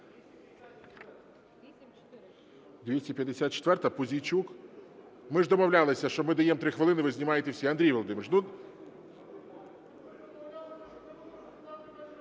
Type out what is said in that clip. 254, Пузійчук? Ми ж домовлялися, що ми даємо 3 хвилини – ви знімаєте всі, Андрій Вікторович.